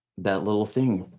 that little thing.